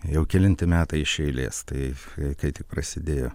jau kelinti metai iš eilės tai kai tik prasidėjo